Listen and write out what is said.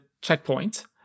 checkpoint